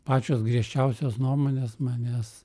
pačios griežčiausios nuomonės manęs